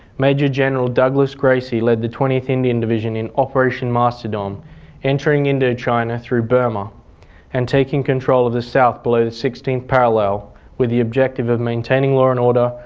major general douglas gracey led the twentieth indian division in operation masterdom entering indochina through burma and taking control of the south below the sixteenth parallel with the objective of maintaining law and order,